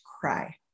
cry